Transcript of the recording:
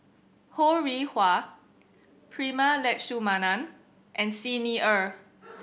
Ho Rih Hwa Prema Letchumanan and Xi Ni Er